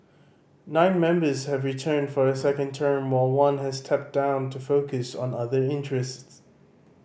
nine members have returned for a second term while one has stepped down to focus on other interests